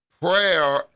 Prayer